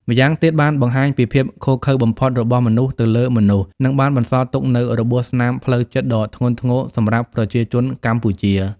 ម្យ៉ាងទៀត បានបង្ហាញពីភាពឃោរឃៅបំផុតរបស់មនុស្សទៅលើមនុស្ស និងបានបន្សល់ទុកនូវរបួសស្នាមផ្លូវចិត្តដ៏ធ្ងន់ធ្ងរសម្រាប់ប្រជាជនកម្ពុជា។